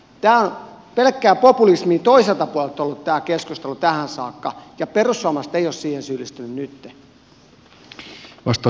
tämä keskustelu on ollut pelkkää populismia toiselta puolelta tähän saakka ja perussuomalaiset eivät ole siihen syyllistyneet nytten